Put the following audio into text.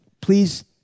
please